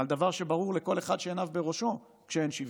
על דבר שברור לכל אחד שעיניו בראשו שאין שוויון.